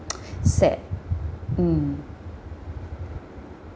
sad mm